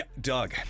Doug